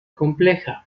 compleja